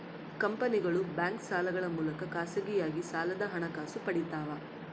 ಕಂಪನಿಗಳು ಬ್ಯಾಂಕ್ ಸಾಲಗಳ ಮೂಲಕ ಖಾಸಗಿಯಾಗಿ ಸಾಲದ ಹಣಕಾಸು ಪಡಿತವ